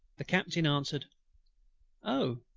the captain answered oh!